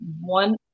one